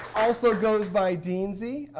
also goes by deansy,